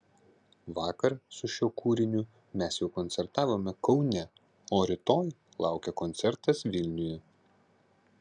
vakar su šiuo kūriniu mes jau koncertavome kaune o rytoj laukia koncertas vilniuje